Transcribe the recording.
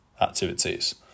activities